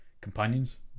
companions